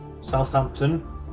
Southampton